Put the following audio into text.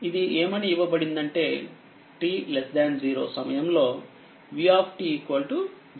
ఇది ఏమని ఇవ్వబడిందంటే t 0 సమయంలో v 0